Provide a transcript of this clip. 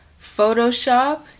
Photoshop